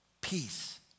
peace